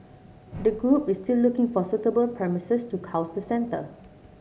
the group is still looking for suitable premises to house the centre